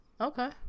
Okay